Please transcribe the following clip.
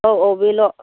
औ औ बेल'